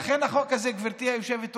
לכן, החוק הזה, גברתי היושבת-ראש,